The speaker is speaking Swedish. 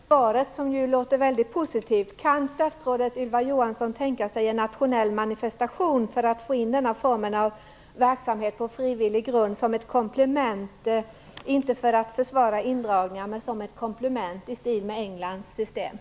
Fru talman! Jag tackar för svaret, som låter väldigt positivt. Kan statsrådet Ylva Johansson tänka sig en nationell manifestation för att få in denna form av verksamhet på frivillig grund som ett komplement, inte för att försvara indragningar men i stil med det engelska systemet?